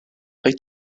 wyt